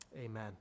Amen